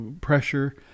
pressure